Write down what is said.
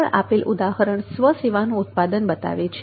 આગળ આપેલ ઉદાહરણ સ્વ સેવાનું ઉત્પાદન બતાવે છે